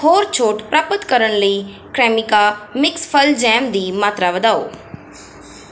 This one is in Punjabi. ਹੋਰ ਛੋਟ ਪ੍ਰਾਪਤ ਕਰਨ ਲਈ ਕ੍ਰਇਮਿਕਾ ਮਿਕਸ ਫਲ ਜੈਮ ਦੀ ਮਾਤਰਾ ਵਧਾਓ